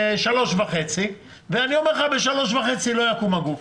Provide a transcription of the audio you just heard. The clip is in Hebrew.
ב-3.5 השנים הקרובות אני אומר לך שלא יקום הגוף.